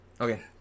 okay